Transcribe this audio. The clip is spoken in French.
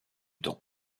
temps